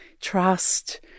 Trust